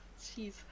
Jeez